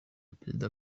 perezida